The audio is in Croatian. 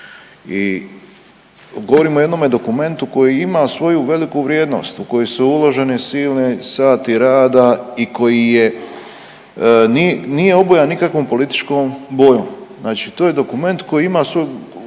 i govorimo o jednome dokumentu koji ima svoju veliku vrijednost u koju su uloženi silni sati rada i koji je nije obojan nikakvom političkom bojom. Znači to je dokument koji ima koji